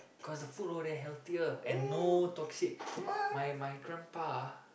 cause the food all there healthier and no toxic my my grandpa ah